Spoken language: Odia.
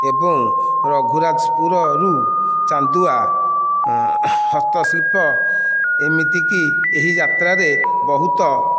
ଏବଂ ରଘୁରାଜପୁରରୁ ଚାନ୍ଦୁଆ ହସ୍ତଶିଳ୍ପ ଏମିତିକି ଏହି ଯାତ୍ରାରେ ବହୁତ